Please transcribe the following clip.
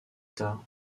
tard